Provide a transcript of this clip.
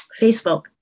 Facebook